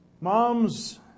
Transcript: Moms